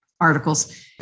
articles